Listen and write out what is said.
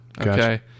Okay